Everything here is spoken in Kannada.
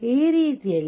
ಈ ರೀತಿಯಲ್ಲಿ